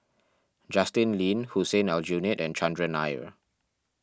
Justin Lean Hussein Aljunied and Chandran Nair